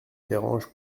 dérange